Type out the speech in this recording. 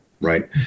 Right